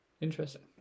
Interesting